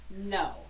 No